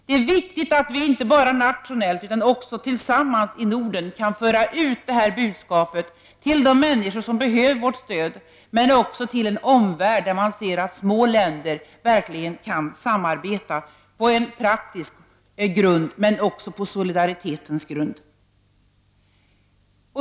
Det är viktigt att vi inte bara nationellt utan också tillsammans i Norden kan föra ut detta budskap till de människor som behöver vårt stöd men också till omvärlden, så att man ser att små länder verkligen kan samarbeta på en praktisk grund men också på solidaritetens grund.